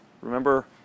Remember